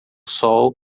sol